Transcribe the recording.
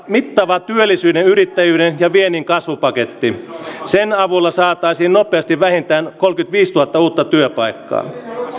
mittava työllisyyden yrittäjyyden ja viennin kasvupaketti sen avulla saataisiin nopeasti vähintään kolmekymmentäviisituhatta uutta työpaikkaa